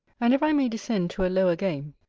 and if i may descend to a lower game,